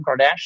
Kardashian